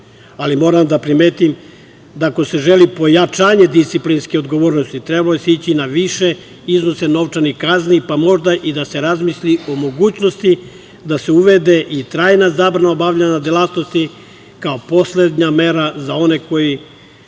Ali, moram da primetim da ako se želi pojačana disciplinska odgovornost trebalo se ići na više iznose novčanih kazni, pa možda i da se razmisli o mogućnosti da se uvede i trajna zabrana obavljanja delatnosti kao poslednja mera za one koji